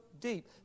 deep